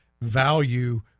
value